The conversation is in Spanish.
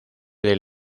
del